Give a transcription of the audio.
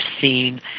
seen